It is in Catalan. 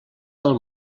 del